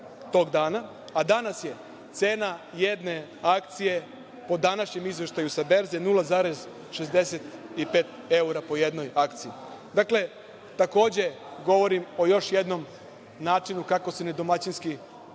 tog dana, a danas je cena jedne akcije, po današnjem izveštaju sa berze, 0,65 evra po jednoj akciji. Dakle, takođe, govorim o još jednom načinu kako se nedomaćinski